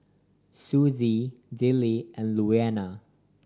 Susie Dillie and Louanna